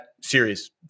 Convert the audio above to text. series